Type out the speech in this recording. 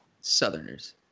Southerners